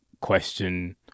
question